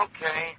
Okay